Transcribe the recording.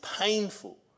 painful